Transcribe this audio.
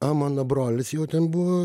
o mano brolis jau ten buvo